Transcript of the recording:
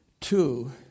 two